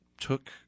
took